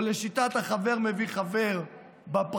או לגבי שיטת חבר מביא חבר בפרקליטות.